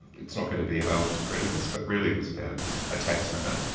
it's not going to be available to creditors, but really it was about a tax matter,